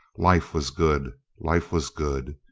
life was good. life was good.